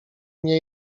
nie